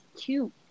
cute